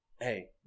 Hey